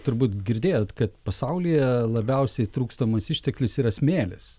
turbūt girdėjot kad pasaulyje labiausiai trūkstamas išteklius yra smėlis